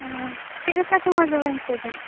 ᱚ ᱪᱮᱫ ᱞᱮᱠᱟᱛᱮ ᱢᱚᱡᱽ ᱵᱟᱵᱮᱱ ᱟᱹᱭᱠᱟᱹᱣᱮᱫᱟ